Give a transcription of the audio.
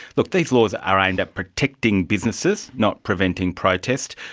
look, these laws are aimed at protecting businesses, not preventing protest.